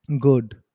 good